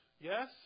Yes